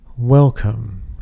Welcome